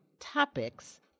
topics